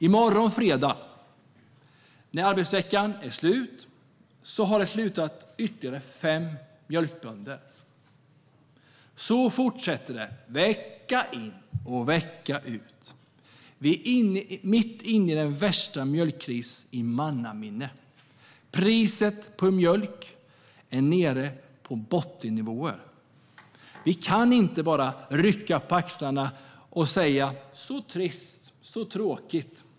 I morgon, fredag, när arbetsveckan är slut har det slutat ytterligare fem mjölkbönder. Så fortsätter det vecka in och vecka ut. Vi är mitt inne i den värsta mjölkkrisen i mannaminne. Priset på mjölk är nere på bottennivåer. Vi kan inte bara rycka på axlarna och säga: Så trist, så tråkigt.